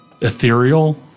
ethereal